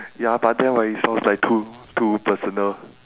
ya but then right it sounds like too too personal